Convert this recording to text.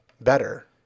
better